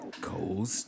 Cold